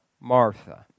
Martha